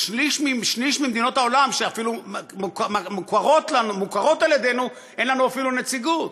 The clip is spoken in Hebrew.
בשליש ממדינות העולם שאפילו מוכרות על-ידינו אין לנו אפילו נציגות,